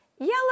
Yellow